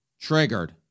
triggered